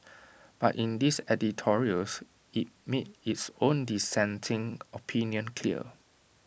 but in its editorials IT made its own dissenting opinion clear